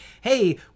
hey